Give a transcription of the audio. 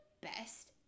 best